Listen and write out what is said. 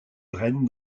draine